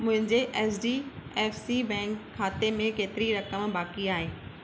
मुंहिंजे H D F C bank ख़ाते में केतिरी रक़म बाक़ी आहे